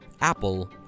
Apple